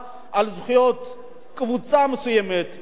קבוצה מסוימת לתבוע תביעה אזרחית,